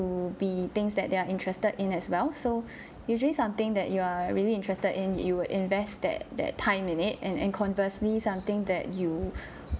be things that they're are interested in as well so usually something that you are really interested in you would invest that that time in it and and conversely something that you